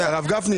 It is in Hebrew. אתה חצוף.